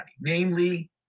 namely